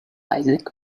isaac